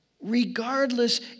Regardless